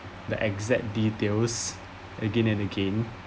the exact details again and again